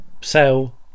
sell